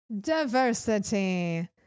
diversity